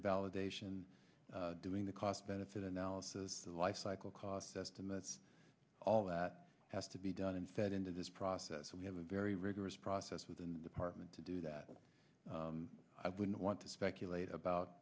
the validation doing the cost benefit analysis lifecycle cost estimates all that has to be done instead into this process and we have a very rigorous process within the department to do that and i wouldn't want to speculate about